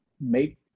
make